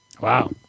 Wow